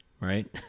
right